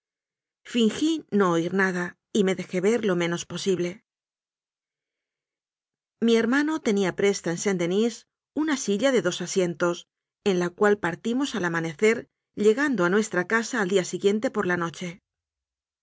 fingí no oír nada y me dejé ver lo menos posible mi hermano tenía presta en saint-denis una silla de dos asientos en la cual paitimos al ama necer llegando a nuestra casa al día siguiente por la noche